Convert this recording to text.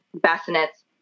bassinets